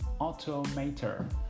automator